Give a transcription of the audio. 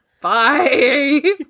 Bye